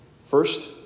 first